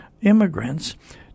immigrants